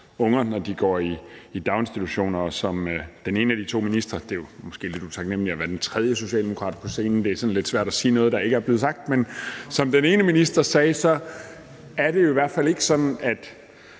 unger, når de går i daginstitution, og det er jo måske lidt utaknemligt at være den tredje socialdemokrat på scenen, for det er sådan lidt svært at sige noget, der ikke er blevet sagt, men som den ene minister sagde, er det jo i hvert fald ikke sådan, at